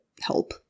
help